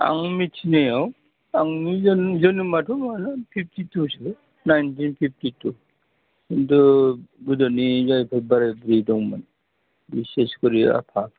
आं मिथिनायाव आंनि जोनोमाथ' माने फिफ्थिटुसो नाइन्टिन फिफ्थिटु खिन्थु गोदोनि जायफोर बोराइ बुरिफोर दङमोन बिसेसखरि आफा